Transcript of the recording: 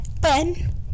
ben